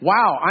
Wow